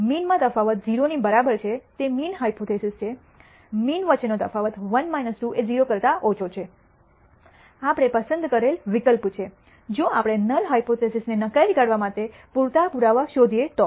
mean માં તફાવત 0 ની બરાબર છે તે નલ હાયપોથીસિસ છેમીન વચ્ચેનો તફાવત 1 2 એ 0 કરતા ઓછો છે આપણે પસંદ કરેલ વિકલ્પ છે જો આપણે નલ હાયપોથીસિસ ને નકારી કાઢવા માટે પૂરતા પુરાવા શોધીએ તો